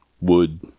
wood